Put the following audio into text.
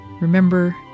Remember